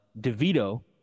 DeVito